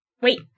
Wait